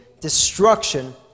destruction